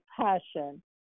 passion